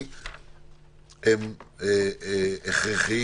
זה לא תוכנית של האשמות, הפוך.